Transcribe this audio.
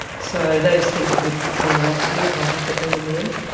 so those things would mean a lot to me if i did get them in the end.